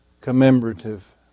commemorative